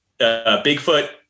Bigfoot